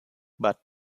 but